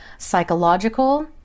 psychological